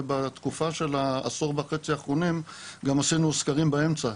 ובתקופה של העשור וחצי האחרונים גם עשינו סקרים באמצע,